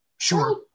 Sure